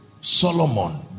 Solomon